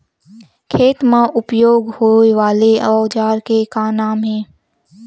खेत मा उपयोग होए वाले औजार के का नाम हे?